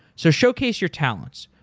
so, showcase your talents.